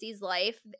life